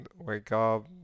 wake-up